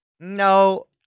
No